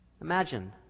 Imagine